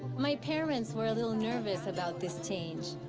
my parents were a little nervous about this change.